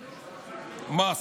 מה,